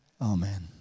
Amen